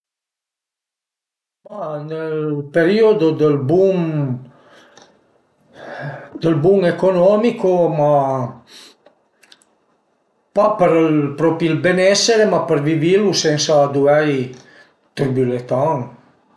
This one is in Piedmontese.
Ma nel periodo dël bum dël bum economico ma pa propi për ël benessere ma per vivilu sensa duvei tribülè tant